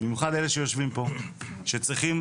במיוחד אלה שיושבים פה, שצריכים